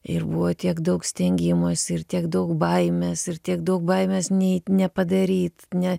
ir buvo tiek daug stengimosi ir tiek daug baimės ir tiek daug baimės nei nepadaryt ne